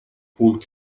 пункт